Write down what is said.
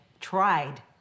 tried